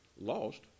lost